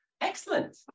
Excellent